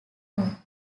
floor